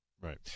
Right